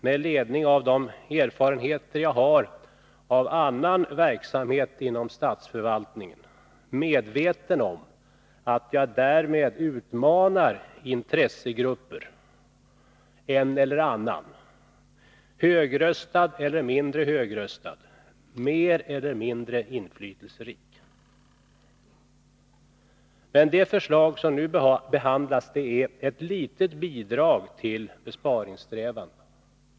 Med ledning av erfarenheter som jag har av annan verksamhet inom statsförvaltningen är jag medveten om att jag därmed utmanar intressegrupper — en eller annan, högröstad eller mindre högröstad, mer eller mindre inflytelserik. Det förslag som nu behandlas är ett litet bidrag till besparingssträvandena.